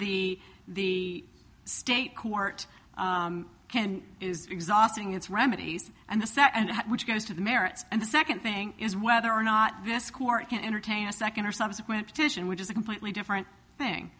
the the state court can is exhausting its remedies and the second which goes to the merits and the second thing is whether or not this court can entertain a second or subsequent petition which is a completely different thing